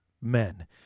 men